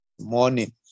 morning